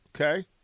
okay